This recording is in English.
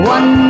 One